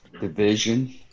Division